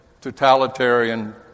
totalitarian